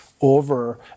over